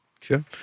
Sure